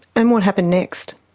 and what happened next?